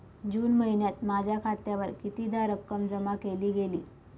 जून महिन्यात माझ्या खात्यावर कितीदा रक्कम जमा केली गेली?